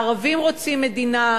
הערבים רוצים מדינה,